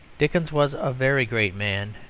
dickens was a very great man,